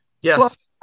yes